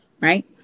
Right